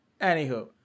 anywho